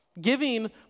Giving